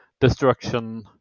destruction